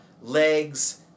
legs